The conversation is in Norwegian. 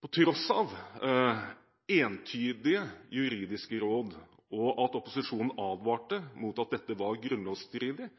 På tross av entydige juridiske råd og at opposisjonen advarte mot at dette var